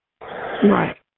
Right